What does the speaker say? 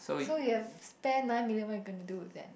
so you have spare nine million what you gonna do with that